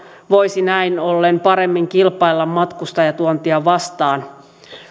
voisi näin ollen paremmin kilpailla matkustajatuontia vastaan